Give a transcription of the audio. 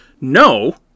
No